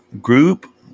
group